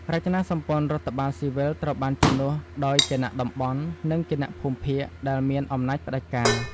រចនាសម្ព័ន្ធរដ្ឋបាលស៊ីវិលត្រូវបានជំនួសដោយ «គណៈតំបន់» និង «គណៈភូមិភាគ» ដែលមានអំណាចផ្ដាច់ការ។